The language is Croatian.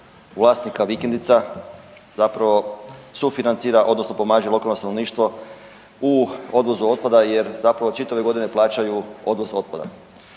vlasnika vikendica sufinancira odnosno pomaže lokalno stanovništvo u odvozu otpada jer zapravo čitave godine plaćaju odvoz otpada.